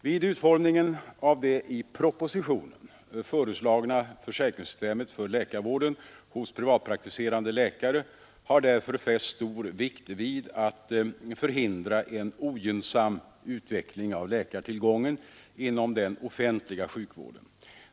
Vid utformningen av det i propositionen föreslagna försäkringssystemet för läkarvården hos privatpraktiserande läkare har därför fästs stor vikt vid att förhindra en ogynnsam utveckling av läkartillgången inom den offentliga sjukvården.